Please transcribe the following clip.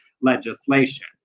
legislation